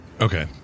Okay